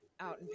out